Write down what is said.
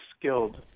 skilled